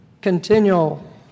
continual